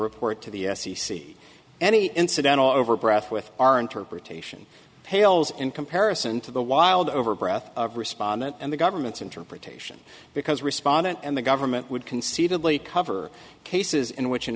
report to the f c c any incidental over breath with our interpretation pales in comparison to the wild over breath of respondent and the government's interpretation because respondent and the government would conceivably cover cases in which an